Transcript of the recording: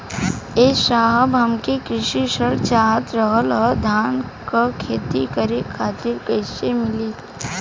ए साहब हमके कृषि ऋण चाहत रहल ह धान क खेती करे खातिर कईसे मीली?